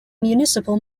municipal